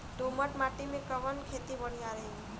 दोमट माटी में कवन खेती बढ़िया रही?